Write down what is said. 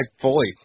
fully